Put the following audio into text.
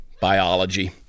biology